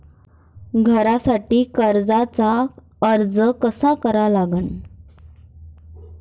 घरासाठी कर्जाचा अर्ज कसा करा लागन?